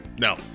no